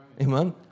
Amen